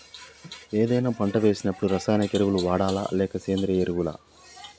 ఏదైనా పంట వేసినప్పుడు రసాయనిక ఎరువులు వాడాలా? లేక సేంద్రీయ ఎరవులా?